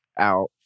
out